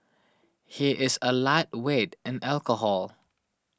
he is a lightweight in alcohol